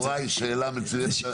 יוראי, שאלה מצוינת.